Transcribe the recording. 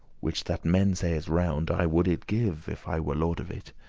which that men say is round, i would it give, if i were lord of it.